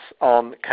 on